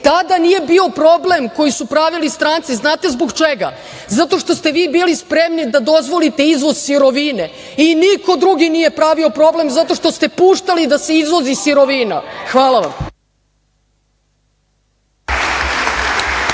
nije bio problem koji su pravili stranci, znate zbog čega? Zato što ste vi bili spremni da dozvolite izvoz sirovine i niko drugi nije pravio problem zato što ste puštali da se izvozi sirovina. Hvala vam.